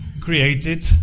created